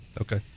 Okay